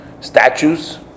statues